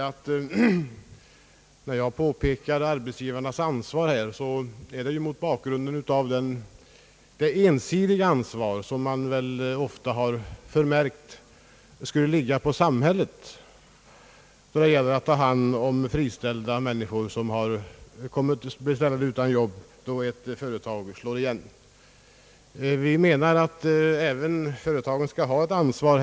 Att jag påtalade arbetsgivarnas ansvar beror på att man har kunnat märka en tendens att ensidigt lägga ansvaret på samhället då det gäller att ta hand om de människor som friställs när ett företag slår igen. Vi anser att även företagen i detta fall har ett ansvar.